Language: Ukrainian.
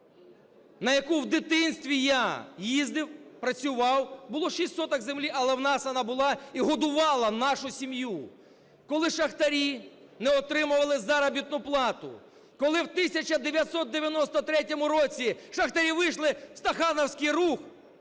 На яку в дитинстві я їздив, працював, було шість соток землі, але в нас вона була і годувала нашу сім'ю. Коли шахтарі не отримували заробітну плату, коли в 1993 році шахтарі вийшли, стаханівський рух,